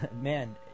man